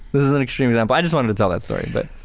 this is an extreme example. i just wanted to tell that story but,